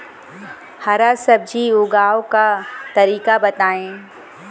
हरा सब्जी उगाव का तरीका बताई?